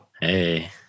Hey